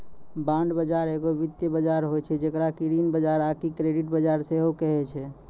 bond बजार एगो वित्तीय बजार होय छै जेकरा कि ऋण बजार आकि क्रेडिट बजार सेहो कहै छै